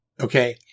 Okay